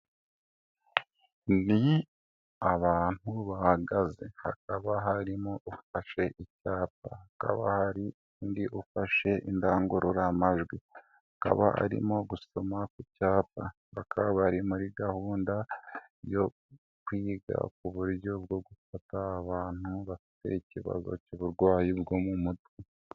Ni abantu bahagaze hakaba harimo ufashe icyapa, hakaba hari undi ufashe indangururamajwi akaba arimo gusoma ku cyapa, bakaba bari muri gahunda yo kwiga ku buryo bwo gufata abantu bafite ikibazo cy'uburwayi bwo mu mutwe.